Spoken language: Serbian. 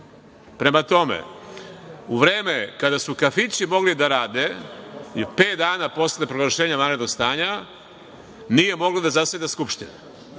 tome, u vreme kada su kafići mogli da rade, pet dana posle proglašenja vanrednog stanja, nije mogla da zaseda Skupština.